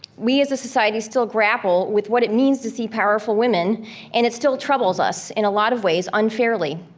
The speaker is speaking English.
we as a society still grapple with what it means to see powerful women and it still troubles us in a lot of ways, unfairly.